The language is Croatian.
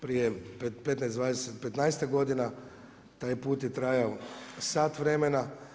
Prije, 15, 20, 15- tak godina taj put je trajao sat vremena.